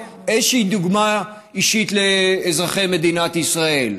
איזושהי דוגמה אישית לאזרחי מדינת ישראל: